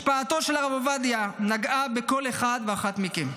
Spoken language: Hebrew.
השפעתו של הרב עובדיה נגעה בכל אחד ואחת מכם.